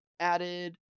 added